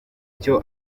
icyo